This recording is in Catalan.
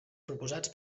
proposats